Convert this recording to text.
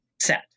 set